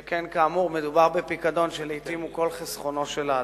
שכן מדובר בפיקדון שלעתים הוא כל חסכונו של האדם,